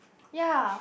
ya